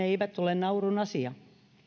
eivät ole naurun asia